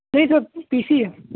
ਨਹੀਂ sir P C ਹੈ